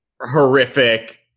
horrific